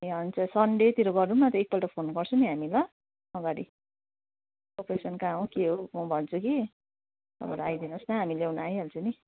ए हुन्छ सन्डेतिर गरौँ न त एकपल्ट फोन गर्छु नि हामी ल अगाडि अपरेसन कहाँ हो के हो म भन्छु कि तपाईँहरू आइदिनुहोस् न हामी ल्याउनु आइहाल्छु नि